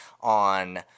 on